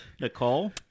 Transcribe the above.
Nicole